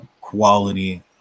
quality